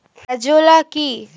Azolla কি?